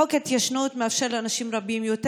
חוק ההתיישנות מאפשר לאנשים רבים יותר